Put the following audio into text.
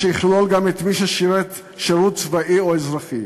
שיכלול גם את מי ששירת שירות צבאי או אזרחי